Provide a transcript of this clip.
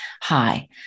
hi